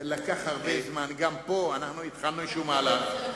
גם פה התחלנו מהלך מסוים.